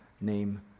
name